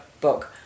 book